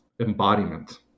embodiment